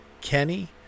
kenny